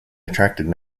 attracted